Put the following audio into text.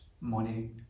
money